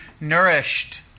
nourished